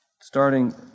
starting